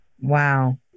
Wow